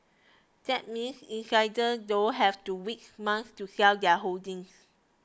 that means insiders don't have to wait months to sell their holdings